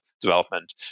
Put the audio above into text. development